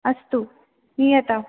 अस्तु नीयताम्